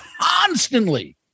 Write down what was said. constantly